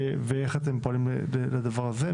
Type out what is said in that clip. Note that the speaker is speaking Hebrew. ואיך אתם פועלים לדבר הזה.